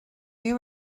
you